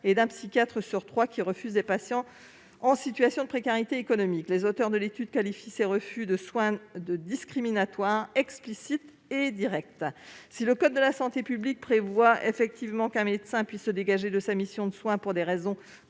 et d'un psychiatre sur trois qui refusent des patients en situation de précarité économique. Les auteurs de l'étude qualifient ces refus de soins de « discriminatoires, explicites et directs ». Si le code de la santé publique prévoit effectivement qu'un médecin puisse se dégager de sa mission de soins pour des raisons